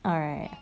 alright